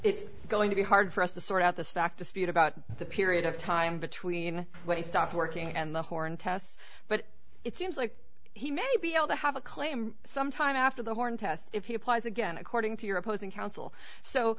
it's going to be hard for us to sort out the stack dispute about the period of time between when he stopped working and the horn tests but it seems like he may be able to have a claim some time after the horn test if he applies again according to your opposing counsel so